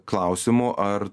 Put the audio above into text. klausimų ar